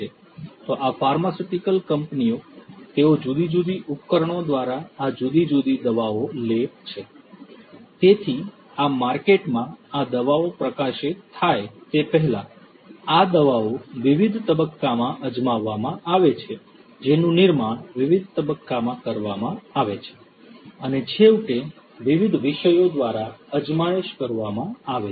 તો આ ફાર્માસ્યુટિકલ કંપનીઓ તેઓ જુદી જુદી ઉપકરણો દ્વારા આ જુદી જુદી દવાઓ લે છે તેથી આ માર્કેટમાં આ દવાઓ પ્રકાશિત થાય તે પહેલાં આ દવાઓ વિવિધ તબક્કામાં અજમાવવામાં આવે છે જેનું નિર્માણ વિવિધ તબક્કામાં કરવામાં આવે છે અને છેવટે વિવિધ વિષયો દ્વારા અજમાયશ કરવામાં આવે છે